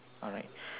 alright